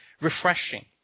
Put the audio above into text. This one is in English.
refreshing